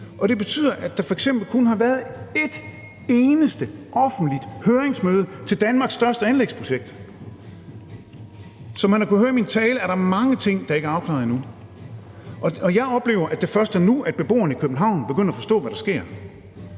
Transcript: det betyder, at der f.eks. kun har været et eneste offentligt høringsmøde om Danmarks største anlægsprojekt. Som man har kunnet høre i min tale, er der mange ting, der ikke er afklaret endnu, og jeg oplever, at det først er nu, at beboerne i København begynder at forstå, hvad der sker.